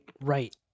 Right